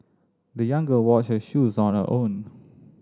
the young girl washed her shoes on her own